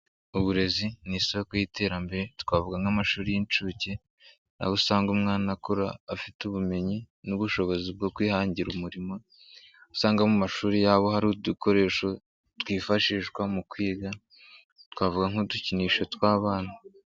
Uburezi ni isoko y'iterambere twavuga nk'amashuri y'inshuke aho usanga umwana akura afite ubumenyi n'ubushobozi bwo kwihangira umurimo usanga mu mashuri yabo hari udukoresho twifashishwa mu kwiga twavuga nk'udukinisho tw'abana.